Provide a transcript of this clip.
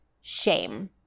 shame